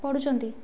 ପଡ଼ୁଛନ୍ତି